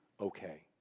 okay